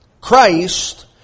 Christ